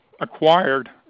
acquired